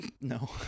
No